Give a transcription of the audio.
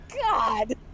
God